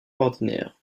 ordinaire